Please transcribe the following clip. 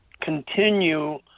continue